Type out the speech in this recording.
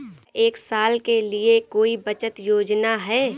क्या एक साल के लिए कोई बचत योजना है?